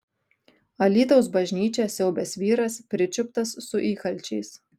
alytaus bažnyčią siaubęs vyras pričiuptas su įkalčiais